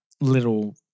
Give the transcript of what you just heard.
little